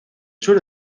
sur